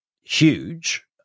huge